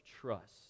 trust